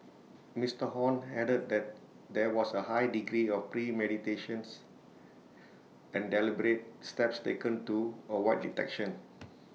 Mister Hon added that there was A high degree of premeditation's and deliberate steps taken to avoid detection